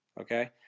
okay